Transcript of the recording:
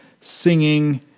singing